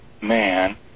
man